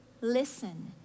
listen